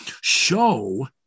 show